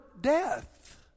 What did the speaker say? death